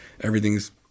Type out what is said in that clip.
Everything's